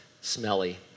smelly